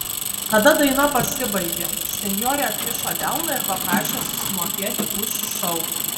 tada daina pasibaigė senjorė atkišo delną ir paprašė susimokėti už šou